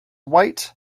white